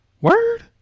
word